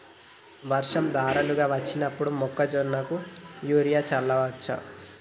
వర్షం ధారలుగా వచ్చినప్పుడు మొక్కజొన్న కు యూరియా చల్లచ్చా?